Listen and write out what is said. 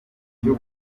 cyo